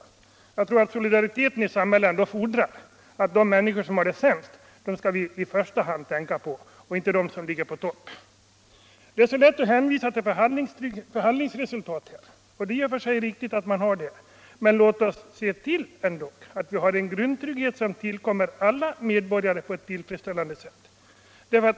Jag tror att samhällssolidariteten fordrar att vi i första hand skall tänka på de människor som har det sämst och inte på dem som ligger på toppen. Det är så lätt att hänvisa till förhandlingar också på detta område. Det är i och för sig riktigt att vi har en sådan ordning. Men låt oss först se till att vi har en grundtrygghet som tillkommer alla medborgare på ett tillfredsställande sätt.